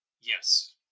Yes